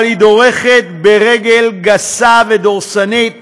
אבל היא דורכת ברגל גסה ודורסנית